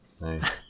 nice